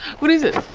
what is it?